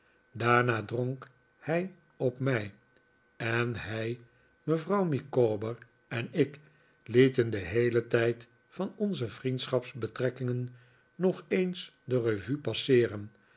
daarna dronk hij op mij en hij mevrouw micawber en ik lieten den heelen tijd van onze vriendschapsbetrekkingen nog eens de revue passeeren